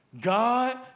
God